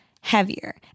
heavier